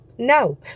No